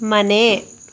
ಮನೆ